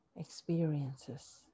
experiences